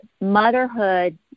motherhood